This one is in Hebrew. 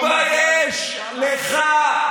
תתבייש לך.